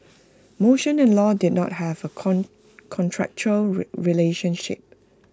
motion and low did not have A contractual relationship